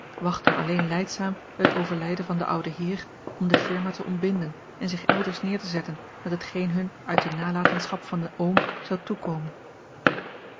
wachtten alleen lijdzaam het overlijden van den ouden heer om de firma te ontbinden en zich elders neer te zetten met hetgeen hun uit de nalatensahap van den oom zou toekomen